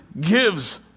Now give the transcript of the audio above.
gives